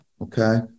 Okay